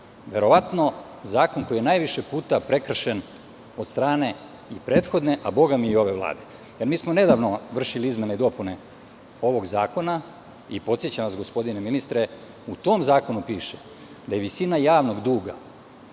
verovatno zakon koji je najviše puta prekršen od strane i prethodne, a bogami i ove vlade. Mi smo nedavno vršili izmene i dopune ovog zakona i podsećam vas, gospodine ministre, u tom zakonu piše da je visina javnog duga